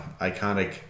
iconic